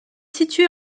située